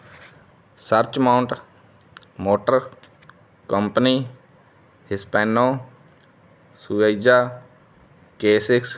search mount motor company Hispano Suiza K six